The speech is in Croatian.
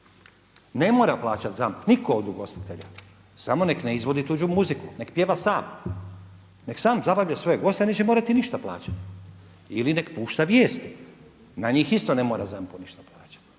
Ne mora plaćati ZAMP nitko od ugostitelja samo nek ne izvodi tuđu muziku, nek pjeva sam, nek sam zabavlja svoje goste i neće morati ništa plaćati ili nek pušta vijesti, na njih isto ne mora ZAMP-u ništa plaćati.